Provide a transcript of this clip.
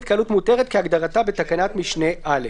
"התקהלות מותרת" כהגדרתה בתקנת משנה (א).